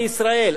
מישראל.